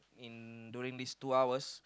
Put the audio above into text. in during these two hours